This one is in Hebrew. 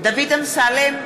דוד אמסלם,